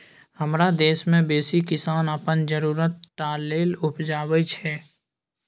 हमरा देश मे बेसी किसान अपन जरुरत टा लेल उपजाबै छै